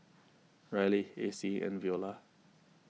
Ryleigh Acy and Veola